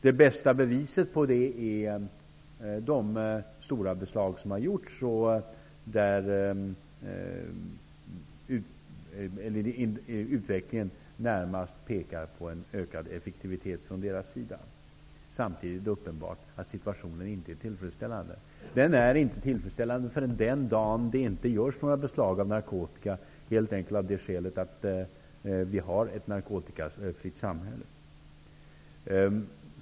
Det bästa beviset på det är de stora beslag som har gjorts och det faktum att utvecklingen närmast pekar på en ökad effektivitet från de båda myndigheternas sida. Samtidigt är det uppenbart att situationen inte är tillfredsställande. Den är inte tillfredsställande förrän den dagen det inte görs några beslag alls av narkotika, och då helt enkelt därför att vi har ett narkotikafritt samhälle.